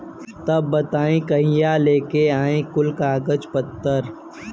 तब बताई कहिया लेके आई कुल कागज पतर?